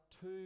two